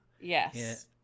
Yes